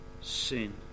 sin